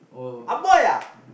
ah boy ah